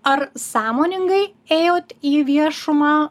ar sąmoningai ėjot į viešumą